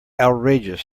outrageous